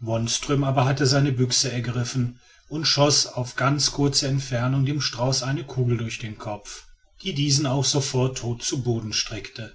wonström aber hatte seine büchse ergriffen und schoß auf ganz kurze entfernung dem strauß eine kugel durch den kopf die diesen auch sofort tot zu boden streckte